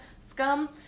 Scum